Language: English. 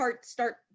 start